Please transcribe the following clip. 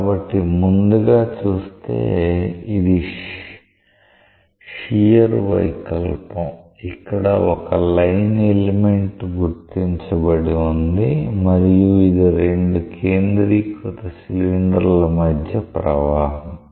కాబట్టి ముందుగా చూస్తే ఇది షియర్ వైకల్పం అక్కడ ఒక లైన్ ఎలిమెంట్ గుర్తించబడి ఉంది మరియు ఇది రెండు కేంద్రీకృత సిలిండర్ల మధ్య ప్రవాహం